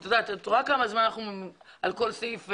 ואת רואה כמה זמן אנחנו דנים על כל סעיף,